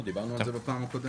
לא, דיברנו על זה בפעם הקודמת.